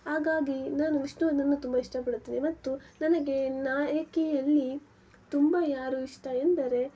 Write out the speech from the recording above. ಹಾಗಾಗಿ ನಾನು ವಿಷ್ಣುವರ್ಧನ್ನ ತುಂಬ ಇಷ್ಟಪಡುತ್ತೇನೆ ಮತ್ತು ನನಗೆ ನಾಯಕಿಯಲ್ಲಿ ತುಂಬ ಯಾರು ಇಷ್ಟ ಎಂದರೆ